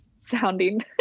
sounding